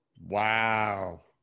Wow